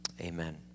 Amen